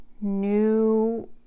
new